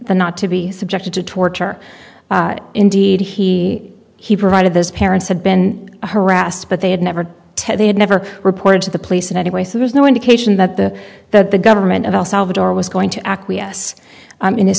not to be subjected to torture indeed he he provided those parents had been harassed but they had never ted they had never reported to the police in any way so there's no indication that the that the government of el salvador was going to acquiesce in his